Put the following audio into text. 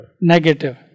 Negative